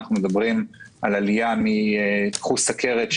קחו סוכרת,